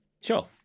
Sure